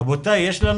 רבותיי, יש לנו